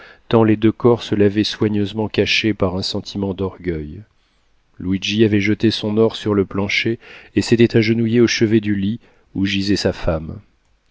tant les deux corses l'avaient soigneusement cachée par un sentiment d'orgueil luigi avait jeté son or sur le plancher et s'était agenouillé au chevet du lit où gisait sa femme